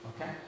Okay